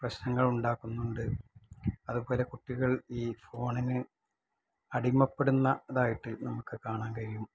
പ്രശ്നങ്ങളുണ്ടാക്കുന്നുണ്ട് അതുപോലെ കുട്ടികള് ഈ ഫോണിന് അടിമപ്പെടുന്ന തായിട്ട് നമുക്ക് കാണാൻ കഴിയും